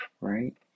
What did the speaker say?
right